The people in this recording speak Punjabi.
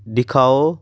ਦਿਖਾਓ